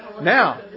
Now